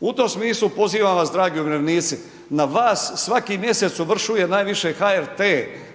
U tom smislu, pozivam vas, dragi umirovljenici. Na vas, svaki mjesec ovršuje najviše HRT